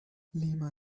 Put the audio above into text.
lima